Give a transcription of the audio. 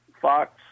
Fox